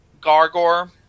Gargor